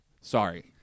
sorry